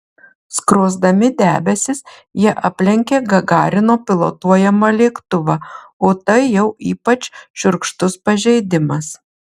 skrosdami debesis jie aplenkė gagarino pilotuojamą lėktuvą o tai jau ypač šiurkštus pažeidimas